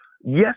Yes